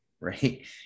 right